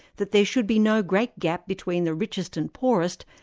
that there should be no great gap between the richest and poorest,